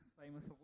famous